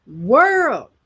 world